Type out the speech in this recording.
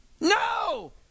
No